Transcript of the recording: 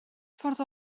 ffordd